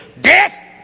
death